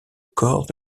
corps